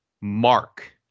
mark